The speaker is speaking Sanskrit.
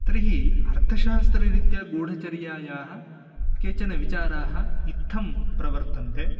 तर्हि अर्थशास्त्ररीत्या गूढचर्यायाः केचन विचाराः इत्थं प्रवर्तन्ते